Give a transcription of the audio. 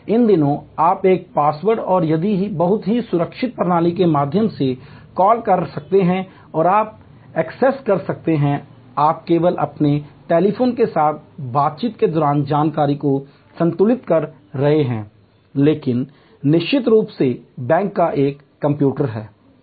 इन दिनों आप पासवर्ड और आदि की बहुत ही सुरक्षित प्रणाली के माध्यम से कॉल कर सकते हैं और आप एक्सेस कर सकते हैं आप केवल अपने टेलीफोन के साथ बातचीत के दौरान जानकारी को संतुलित कर रहे हैं लेकिन निश्चित रूप से बैंक का एक कंप्यूटर है